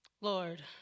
Lord